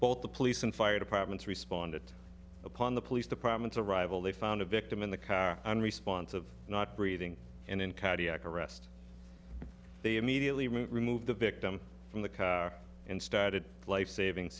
both the police and fire departments responded upon the police department's arrival they found a victim in the car unresponsive not breathing and in cardiac arrest they immediately remove the victim from the car and started life saving